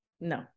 No